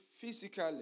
physically